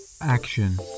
action